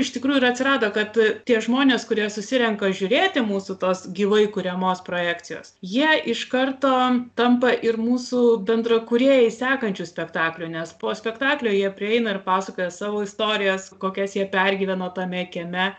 iš tikrųjų ir atsirado kad tie žmonės kurie susirenka žiūrėti mūsų tos gyvai kuriamos projekcijos jie iš karto tampa ir mūsų bendra kūrėjai sekančių spektaklių nes po spektaklio jie prieina ir pasakoja savo istorijas kokias jie pergyveno tame kieme